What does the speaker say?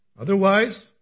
Otherwise